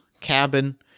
cabin